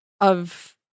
of-